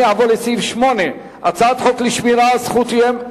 אני אעבור לסעיף 8: הצעת חוק לשמירה על זכויותיהם